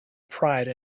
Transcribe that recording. pride